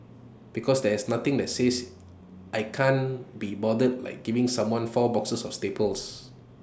because there is nothing that says I can't be bothered like giving someone four boxes of staples